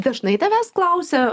dažnai tavęs klausia